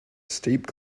steep